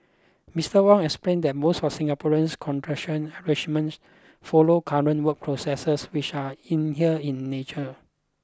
Mister Wong explained that most of Singaporean's contractual arrangements follow current work processes which are in here in nature